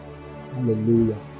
Hallelujah